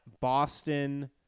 Boston